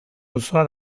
auzoa